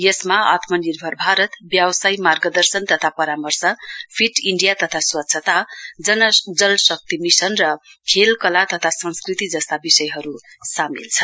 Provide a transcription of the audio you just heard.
यसमा आत्मनिर्भर भारत व्यवसाय मार्गदर्शन तथा परामर्श फिट इण्डिया तथा स्वच्छता जनशक्ति मिशनर खेल कला तथा संस्कृति विषयहरु सामेल छन्